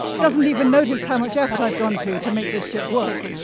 doesn't even notice how much effort i've gone to to make this ship work.